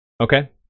Okay